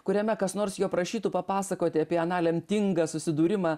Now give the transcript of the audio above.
kuriame kas nors jo prašytų papasakoti apie aną lemtingą susidūrimą